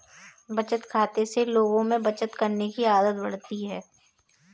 बचत खाते से लोगों में बचत करने की आदत बढ़ती है